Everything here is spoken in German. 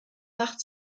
macht